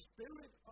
Spirit